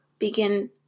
Begin